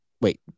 wait